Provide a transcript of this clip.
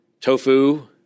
Tofu